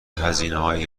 هزینههای